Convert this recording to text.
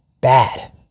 bad